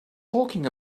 talking